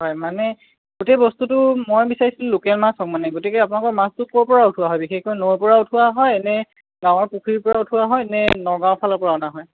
হয় মানে গোটেই বস্তুটো মই বিচাৰিছিলোঁ লোকেল মাছ হওক মানে গতিকে আপোনালোকৰ মাছটো ক'ৰপৰা উঠোৱা হয় বিশেষকৈ নৈৰ পৰা উঠোৱা হয় নে গাঁৱৰ পুখুৰীৰ পৰা উঠোৱা হয় নে নগাঁৱৰ ফালৰ পৰা অনা হয়